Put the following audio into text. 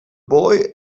boy